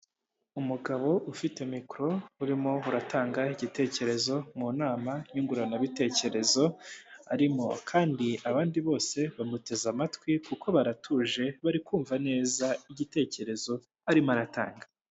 Umugabo ufite mikoro urimo uratanga igitekerezo mu nama nyunguranabitekerezo arimo kandi abandi bose bamuteze amatwi kuko baratuje, bari kumva neza igitekerezo arimo aratanga.